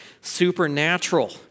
supernatural